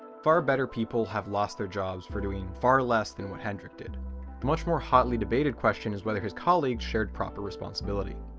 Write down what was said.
far better people have lost their jobs for doing far less than what hendrik did. the much more hotly debated question is whether his colleagues shared proper responsibility.